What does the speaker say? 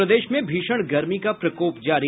और प्रदेश में भीषण गर्मी का प्रकोप जारी